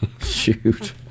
shoot